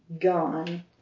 gone